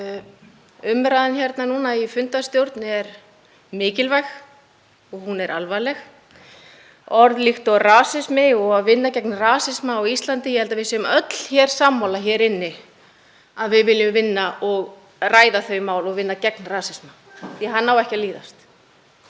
forseti. Umræðan hérna núna í fundarstjórn er mikilvæg og hún er alvarleg. Orð líkt og rasismi og að vinna gegn rasisma á Íslandi — ég held að við séum öll sammála hér inni að við viljum ræða þau mál og vinna gegn rasisma því að hann á ekki að líðast.